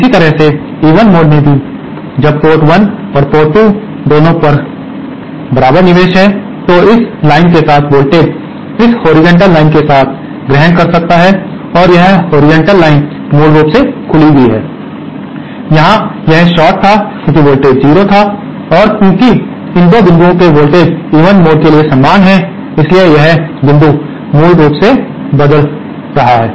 इसी तरह से इवन मोड में भी जब पोर्ट 1 और पोर्ट 2 दोनों पर निवेश बराबर होते हैं तो इस लाइन के साथ वोल्टेज इस हॉरिजॉन्टल लाइन के साथ ग्रहण कर सकता है और यह हॉरिजॉन्टल लाइन मूल रूप से खुली है यहां यह शॉर्ट था क्योंकि वोल्टेज 0 था और क्योंकि इन 2 बिंदुओं के वोल्टेज इवन मोड के लिए समान हैं इसलिए यह बिंदु मूल रूप से बदल रहा है